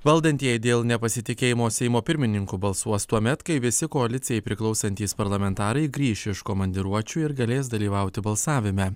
valdantieji dėl nepasitikėjimo seimo pirmininku balsuos tuomet kai visi koalicijai priklausantys parlamentarai grįš iš komandiruočių ir galės dalyvauti balsavime